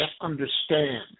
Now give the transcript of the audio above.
understand